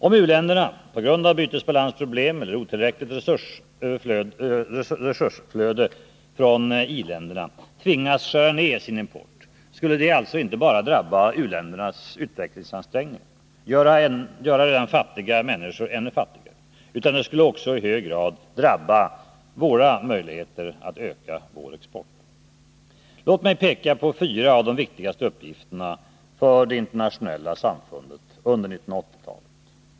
Om u-länderna — på grund av bytesbalansproblem eller otillräckligt resursflöde från i-länderna — tvingas skära ner sin import, skulle det alltså inte bara drabba u-ländernas utvecklingsansträngningar och göra redan fattiga människor ännu fattigare, utan också i hög grad drabba våra möjligheter att öka vår export. Låt mig peka på fyra av de viktigaste uppgifterna för det internationella samfundet under 1980-talet.